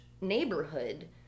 neighborhood